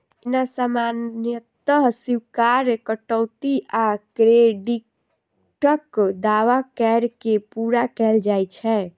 एना सामान्यतः स्वीकार्य कटौती आ क्रेडिटक दावा कैर के पूरा कैल जाइ छै